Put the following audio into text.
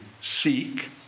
Seek